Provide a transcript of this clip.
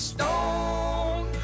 Stone